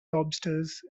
lobsters